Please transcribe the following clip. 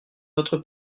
notre